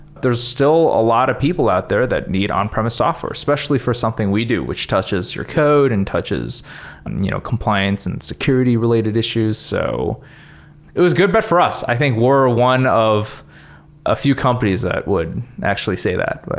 there're still a lot of people out there that need on-premise software especially for something we do, which touches your code and touches compliance and security related issues. so it was good bet for us. i think we're one of a few companies that would actually say that. but